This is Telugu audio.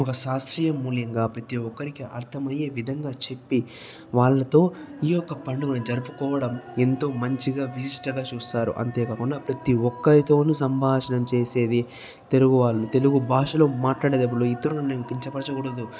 ఒక శాస్త్రీయ మూల్యంగా ప్రతీ ఒక్కరికి అర్ధమయ్యే విధంగా చెప్పి వాళ్ళతో ఈ యొక్క పండుగను జరుపుకోవడం ఎంతో మంచిగా విశిష్టత చూస్తారు అంతే కాకుండా ప్రతీ ఒక్కరితోనూ సంభాషణ చేసేది తెలుగు వాళ్ళు తెలుగు భాషలో మాట్లాడేటప్పుడు ఇతరుల్ని కించపరచకూడదు